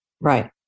Right